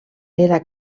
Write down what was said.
era